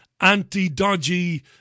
anti-dodgy